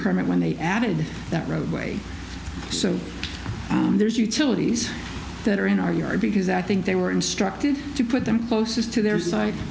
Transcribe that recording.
permit when they added that roadway so there's utilities that are in our yard because i think they were instructed to put them closest to their site